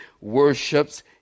worships